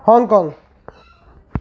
Hong Kong